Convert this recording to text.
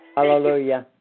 Hallelujah